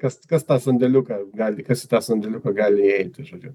kas kas tą sandėliuką gali kas į tą sandėliką gali įeiti žodžiu